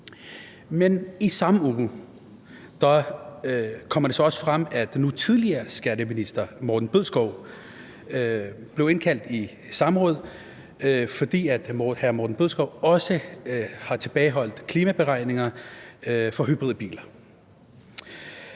Men i samme uge kommer det så også frem, at nu tidligere skatteminister Morten Bødskov blev indkaldt i samråd, fordi den tidligere skatteminister også har tilbageholdt klimaberegninger for hybridbiler.